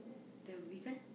the vegan